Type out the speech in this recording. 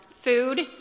food